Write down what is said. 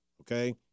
Okay